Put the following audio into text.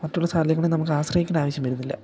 മറ്റുള്ള സാധ്യതകളെ നമുക്കാശ്രയിക്കേണ്ട ആവശ്യം വരുന്നില്ല